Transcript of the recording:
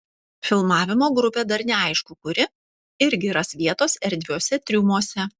filmavimo grupė dar neaišku kuri irgi ras vietos erdviuose triumuose